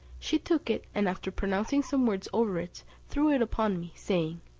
she took it, and after pronouncing some words over it, threw it upon me, saying,